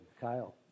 Kyle